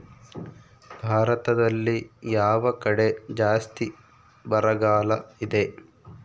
ಭಾರತದಲ್ಲಿ ಯಾವ ಕಡೆ ಜಾಸ್ತಿ ಬರಗಾಲ ಇದೆ?